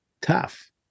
tough